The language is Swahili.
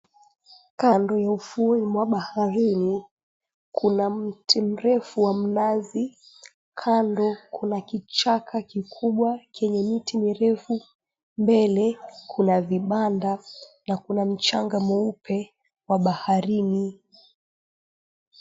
Kando ya ufuoni mwa baharini kuna mti mrefu wa mnazi, kando kuna kichaka kikubwa kenye miti mirefu. Mbele kuna vibanda na kuna mchanga mweupe wa baharini.